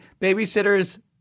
Babysitter's